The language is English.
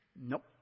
nope